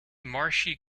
marshy